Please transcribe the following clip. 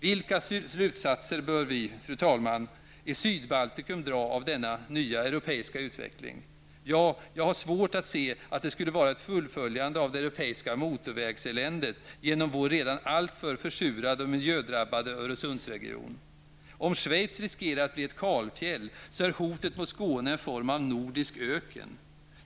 Vilka slutsatser, fru talman, bör vi i Sydbaltikum dra av denna nya europeiska utveckling? Ja, jag har svårt att se att det skulle vara att vi skall fullfölja det europeiska motorvägseländet genom vår redan alltför försurade och miljödrabbade Öresundsregion. Om Schweiz riskerar att bli ett kalfjäll är hotet mot Skåne en form av nordisk öken.